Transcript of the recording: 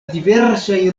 diversaj